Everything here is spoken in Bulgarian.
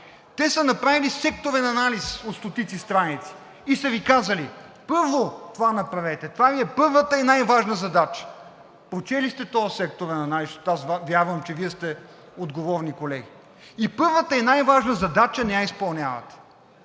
Те са направили секторен анализ от стотици страници и са Ви казали: първо това направете, това Ви е първата и най-важната задача. Прочели сте този секторен анализ, защото вярвам, че Вие сте отговорни, колеги, а първата и най-важна задача не я изпълнявате!